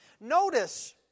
Notice